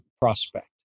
prospect